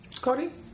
Cody